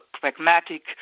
pragmatic